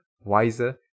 wiser